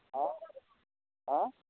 হা হা